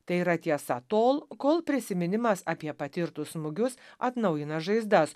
tai yra tiesa tol kol prisiminimas apie patirtus smūgius atnaujina žaizdas